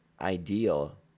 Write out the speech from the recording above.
ideal